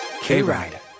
K-Ride